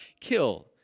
kill